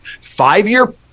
Five-year